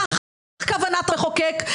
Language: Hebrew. כך כוונת המחוקק,